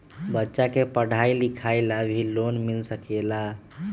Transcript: बच्चा के पढ़ाई लिखाई ला भी लोन मिल सकेला?